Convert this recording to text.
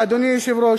אדוני היושב-ראש,